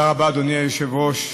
תודה רבה, אדוני היושב-ראש.